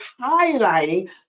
highlighting